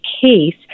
case